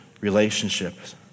Relationships